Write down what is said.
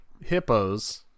hippos